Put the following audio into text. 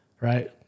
Right